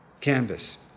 Canvas